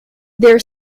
their